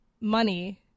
money